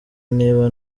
niba